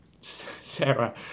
Sarah